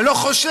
אני לא חושב.